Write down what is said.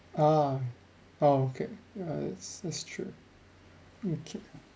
ah ah okay uh it's it's true okay